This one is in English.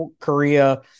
Korea